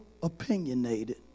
opinionated